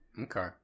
Okay